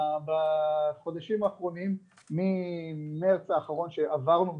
בחודשים האחרונים ממארס האחרון שעברנו,